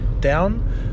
down